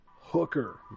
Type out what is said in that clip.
Hooker